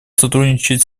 сотрудничать